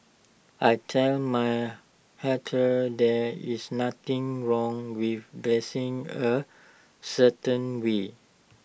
I tell my haters there is nothing wrong with dressing A certain way